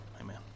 Amen